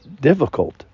difficult